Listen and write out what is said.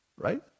right